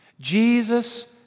Jesus